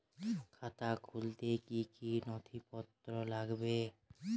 খাতা খুলতে কি কি নথিপত্র লাগবে?